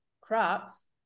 crops